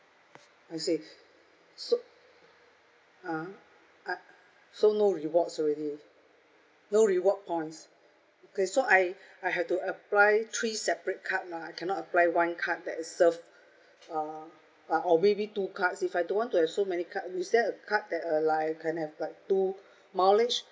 I see so uh (uh huh) I so no rewards already no reward points okay so I I have to apply three separate card lah I cannot apply one card that is serve uh or maybe two cards if I don't want to have so many cards is there a card that uh like I can have like two mileage